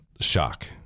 shock